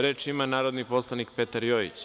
Reč ima narodni poslanik Petar Jojić.